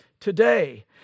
Today